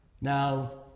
Now